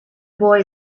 boy